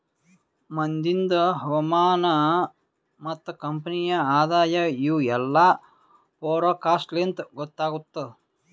ಮುಂದಿಂದ್ ಹವಾಮಾನ ಮತ್ತ ಕಂಪನಿಯ ಆದಾಯ ಇವು ಎಲ್ಲಾ ಫೋರಕಾಸ್ಟ್ ಲಿಂತ್ ಗೊತ್ತಾಗತ್ತುದ್